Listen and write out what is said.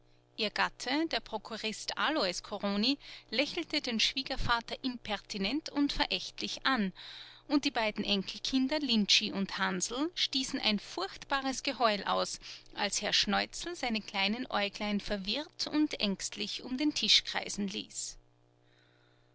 ihr gatte der prokurist alois corroni lächelte den schwiegervater impertinent und verächtlich an und die beiden enkelkinder lintschi und hansl stießen ein furchtbares geheul aus als herr schneuzel seine kleinen aeuglein verwirrt und ängstlich um den tisch kreisen ließ